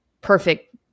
perfect